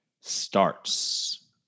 starts